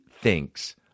thinks